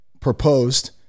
proposed